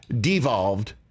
devolved